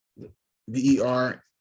b-e-r